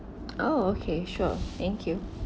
oh okay sure thank you